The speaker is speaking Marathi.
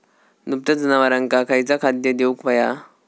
दुभत्या जनावरांका खयचा खाद्य देऊक व्हया?